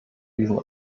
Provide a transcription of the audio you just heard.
diesen